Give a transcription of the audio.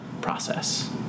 process